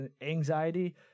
anxiety